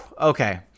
okay